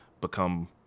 become